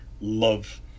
love